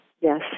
Yes